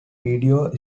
video